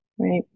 right